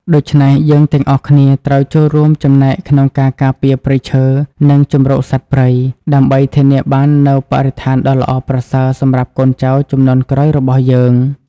ដូច្នេះ យើងទាំងអស់គ្នាត្រូវចូលរួមចំណែកក្នុងការការពារព្រៃឈើ និងជម្រកសត្វព្រៃ ដើម្បីធានាបាននូវបរិស្ថានដ៏ល្អប្រសើរសម្រាប់កូនចៅជំនាន់ក្រោយរបស់យើង។